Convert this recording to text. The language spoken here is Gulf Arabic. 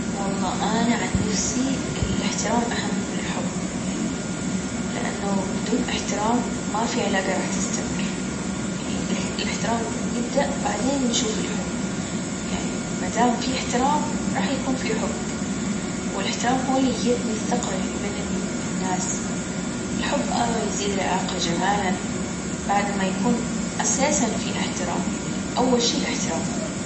والله أني عن نفسي الإحترام أهم من الحب يعني لأنه بدون إحترام ما في علاجة راح تستمر يعني الإحترام يبدأ بعدين نشوف الحب يعني ما دام في إحترام راح يكون في حب والإحترام هو اللي يبني الثقة يعني بين الناس الحب اه يزيد العلاقة جمالا بعد ما يكون أساسا في إحترام يعني أول شي الإحترام.